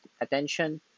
attention